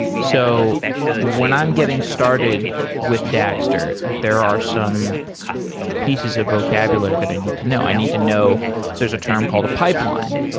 so when i'm getting started with dagster, there are some pieces of vocabulary that i need to know. i need to know there's a term called a pipeline,